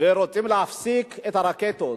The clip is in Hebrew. ורוצים להפסיק את הרקטות,